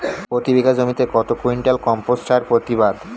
প্রতি বিঘা জমিতে কত কুইন্টাল কম্পোস্ট সার প্রতিবাদ?